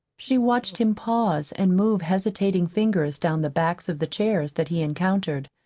she watched him pause and move hesitating fingers down the backs of the chairs that he encountered.